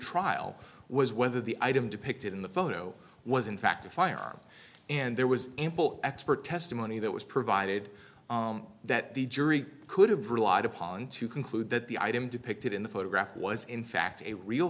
trial was whether the item depicted in the photo was in fact a firearm and there was ample expert testimony that was provided that the jury could have relied upon to conclude that the item depicted in the photograph was in fact a real